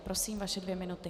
Prosím, vaše dvě minuty.